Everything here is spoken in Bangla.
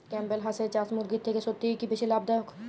ক্যাম্পবেল হাঁসের চাষ মুরগির থেকে সত্যিই কি বেশি লাভ দায়ক?